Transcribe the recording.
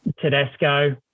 Tedesco